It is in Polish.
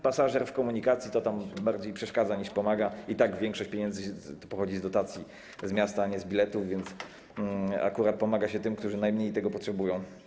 Pasażer w komunikacji bardziej przeszkadza, niż pomaga, i tak większość pieniędzy pochodzi z dotacji od miasta, a nie z biletów, więc akurat pomaga się tym, którzy najmniej tego potrzebują.